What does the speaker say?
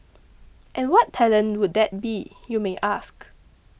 and what talent would that be you may ask